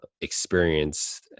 experience